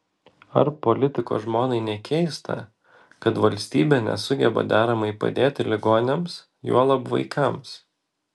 ar politiko žmonai nekeista kad valstybė nesugeba deramai padėti ligoniams juolab vaikams